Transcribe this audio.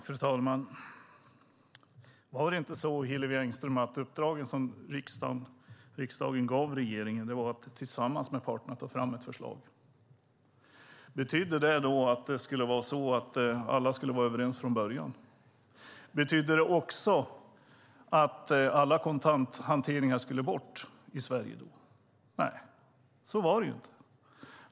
Fru talman! Var det inte så, Hillevi Engström, att uppdraget som riksdagen gav regeringen var att tillsammans med parterna ta fram ett förslag? Betydde det då att alla skulle vara överens från början? Betydde det också att all kontanthantering skulle bort i Sverige? Nej, så var det inte.